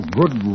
good